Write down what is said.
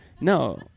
no